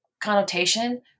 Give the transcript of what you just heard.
connotation